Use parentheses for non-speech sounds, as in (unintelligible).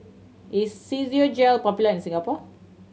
is (unintelligible) popular in Singapore